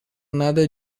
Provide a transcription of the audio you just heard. nada